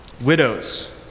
Widows